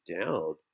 down